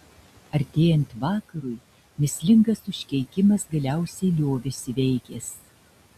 artėjant vakarui mįslingas užkeikimas galiausiai liovėsi veikęs